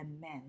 men